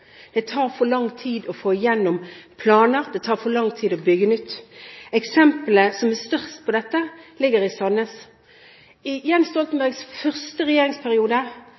Det tar for lang tid å få igjennom planer, det tar for lang tid å bygge nytt. Eksempelet som er størst når det gjelder dette, er i Sandnes. I Jens Stoltenbergs første regjeringsperiode